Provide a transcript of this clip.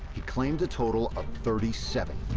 he claimed a total of thirty seven.